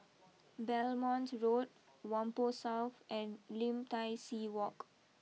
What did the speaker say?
Belmont Road Whampoa South and Lim Tai see walk